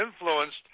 influenced